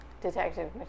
detective